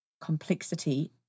complexity